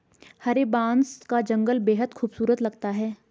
हरे बांस का जंगल बेहद खूबसूरत लगता है